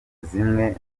zimwe